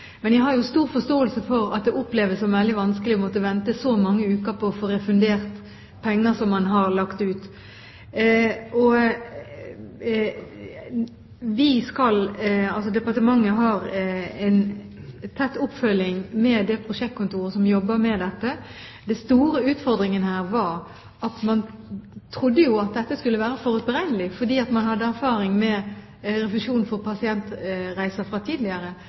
Men jeg har stor forståelse for at det oppleves som veldig vanskelig å måtte vente så mange uker på å få refundert penger som man har lagt ut. Departementet har tett oppfølging med det prosjektkontoret som jobber med dette. Man trodde at dette skulle være forutberegnelig, fordi man hadde erfaring med refusjon for pasientreiser fra tidligere,